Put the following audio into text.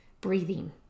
breathing